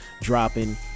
dropping